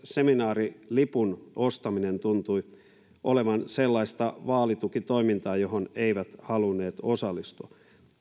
seminaarilipun ostaminen tuntui olevan sellaista vaalitukitoimintaa johon ne eivät halunneet osallistua